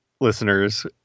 Listeners